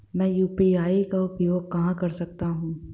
मैं यू.पी.आई का उपयोग कहां कर सकता हूं?